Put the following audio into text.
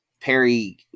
perry